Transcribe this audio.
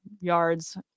yards